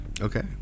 Okay